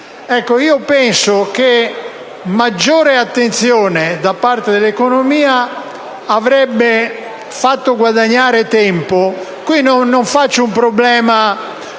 Penso che maggiore attenzione da parte del Ministero dell'economia avrebbe fatto guadagnare tempo.